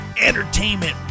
entertainment